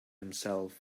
himself